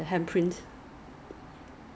she also don't know because she only